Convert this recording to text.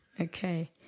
Okay